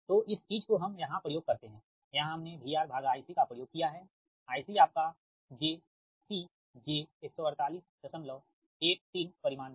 तो इस चीज को हम यहाँ प्रयोग करते हैयहाँ हमने VRIC का प्रयोग किया है IC आपका jC j14813 परिमाण था